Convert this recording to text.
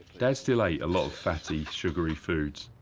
dad still ate a lot of fatty, sugary foods.